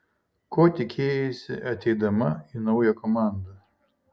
ko tikėjaisi ateidama į naują komandą